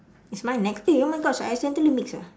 is mine next eh oh my gosh I accidentally mix ah